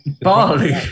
Bali